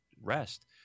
rest